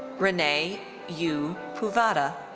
renee u. puvvada.